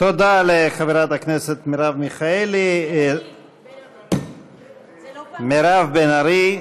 תודה לחברת הכנסת מרב מיכאלי, בן ארי, בן ארי.